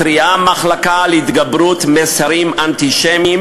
מתריעה המחלקה על התגברות מסרים אנטישמיים